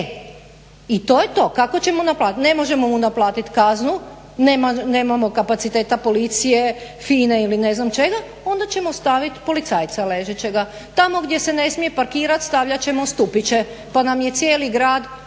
I to je to, kako ćemo naplatit, ne možemo mu naplatit kaznu, nemamo kapaciteta policije, FINA-e ili ne znam čega, onda ćemo stavit policajca ležećega. Tamo gdje se ne smije parkirat stavljat ćemo stupiće pa nam je cijeli grad